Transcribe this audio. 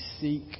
seek